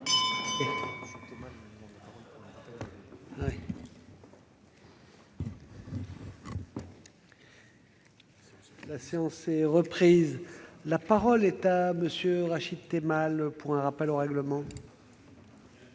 La parole est à M. Rachid Temal, pour un rappel au règlement.